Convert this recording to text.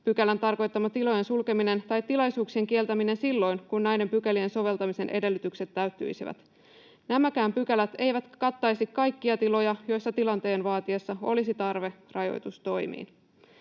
58 §:n tarkoittama tilojen sulkeminen tai tilaisuuksien kieltäminen silloin, kun näiden pykälien soveltamisen edellytykset täyttyisivät. Nämäkään pykälät eivät kattaisi kaikkia tiloja, joissa tilanteen vaatiessa olisi tarve rajoitustoimiin.